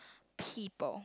people